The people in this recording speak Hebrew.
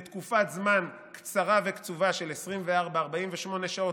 לתקופה קצרה וקצובה של 24 48 שעות,